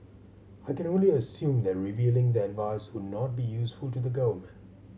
I can only assume that revealing the advice would not be useful to the government